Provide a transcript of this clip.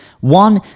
one